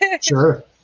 Sure